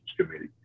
committee